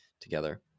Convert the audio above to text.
together